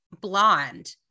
blonde